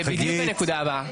זה בדיוק הנקודה הבאה.